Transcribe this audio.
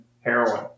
heroin